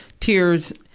tears,